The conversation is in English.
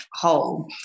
whole